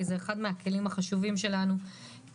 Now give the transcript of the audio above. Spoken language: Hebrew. כי זה אחד מן הכלים החשובים שלנו כחברי